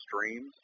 streams